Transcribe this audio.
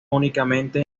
únicamente